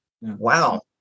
Wow